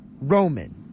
Roman